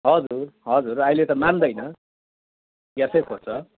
हजुर हजुर अहिले त मान्दैन क्यासै खोज्छ